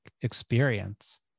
experience